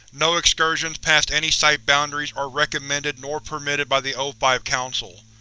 no excursions past any site boundaries are recommended nor permitted by the o five council.